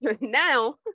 now